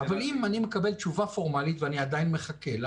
אבל אם אני מקבל תשובה פורמלית ואני עדיין מחכה לה